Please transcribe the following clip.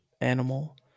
animal